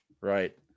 right